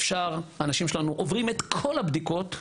האנשים שלנו עוברים את כל הבדיקות,